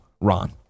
Ron